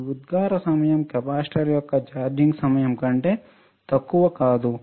ఈ ఉత్సర్గ సమయం కెపాసిటర్ యొక్క ఛార్జింగ్ సమయం కంటే తక్కువ కాదు